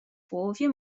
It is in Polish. połowie